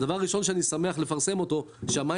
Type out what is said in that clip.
הדבר הראשון שאני שמח לפרסם אותו הוא שהמים